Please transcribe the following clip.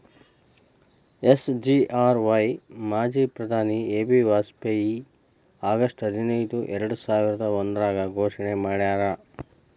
SGRY ಮಾಜಿ ಪ್ರಧಾನಿ A B Vajpayee August ಹದಿನೈದು ಎರ್ಡಸಾವಿರದ ಒಂದ್ರಾಗ ಘೋಷಣೆ ಮಾಡ್ಯಾರ